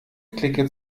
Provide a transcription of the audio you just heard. clique